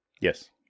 Yes